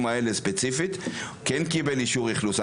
אלה ספציפית והוא כן קיבל אישור אכלוס.